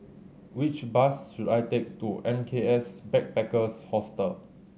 which bus should I take to M K S Backpackers Hostel